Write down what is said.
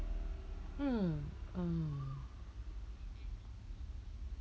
hmm mm